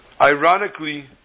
Ironically